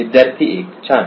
विद्यार्थी 1 छान